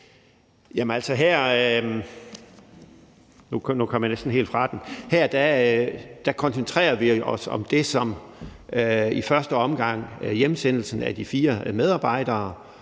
Her koncentrerer vi os i første omgang om hjemsendelsen af de fire medarbejdere